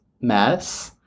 mess